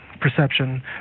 perception